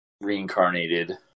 reincarnated